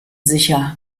sicher